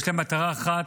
יש להם מטרה אחת: